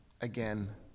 again